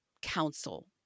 council